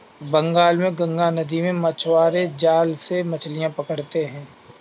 बंगाल में गंगा नदी में मछुआरे जाल से मछलियां पकड़ते हैं